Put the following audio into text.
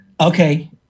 Okay